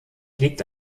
liegt